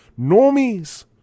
Normies